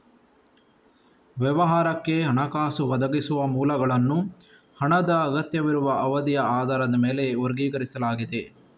ವ್ಯವಹಾರಕ್ಕೆ ಹಣಕಾಸು ಒದಗಿಸುವ ಮೂಲಗಳನ್ನು ಹಣದ ಅಗತ್ಯವಿರುವ ಅವಧಿಯ ಆಧಾರದ ಮೇಲೆ ವರ್ಗೀಕರಿಸಲಾಗಿದೆ